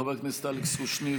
חבר הכנסת אלכס קושניר,